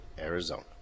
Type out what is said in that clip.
Arizona